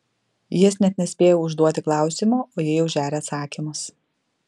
jis net nespėja užduoti klausimo o ji jau žeria atsakymus